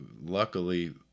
luckily